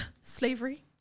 slavery